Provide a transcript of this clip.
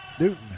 Newton